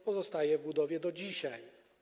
Pozostaje w budowie do dzisiaj.